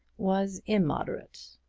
was immoderate.